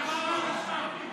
הדבר הראשון.